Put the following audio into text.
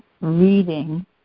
reading